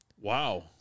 Wow